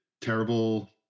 terrible